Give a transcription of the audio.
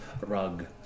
rug